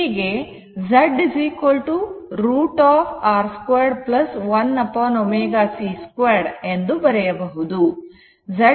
ಹೀಗೆ Z √ R 2 1 ω c 2 ಎಂದು ಬರೆಯಬಹುದು